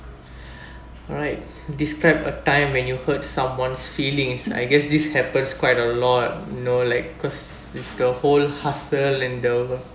alright describe a time when you hurt someone's feelings I guess this happens quite a lot no like cause it's the whole hustle and the